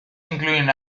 incluyen